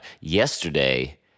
Yesterday